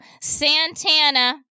Santana